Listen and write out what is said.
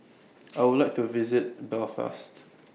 I Would like to visit Belfast